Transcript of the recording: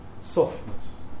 Softness